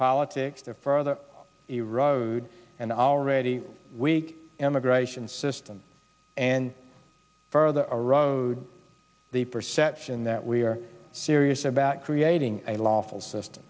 politics to further erode and our ready weak immigration system and further erode the perception that we are serious about creating a lawful system